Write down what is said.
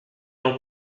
nos